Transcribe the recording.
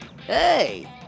Hey